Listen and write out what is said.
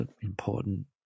important